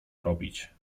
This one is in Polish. robić